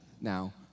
Now